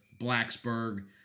Blacksburg